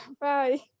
Bye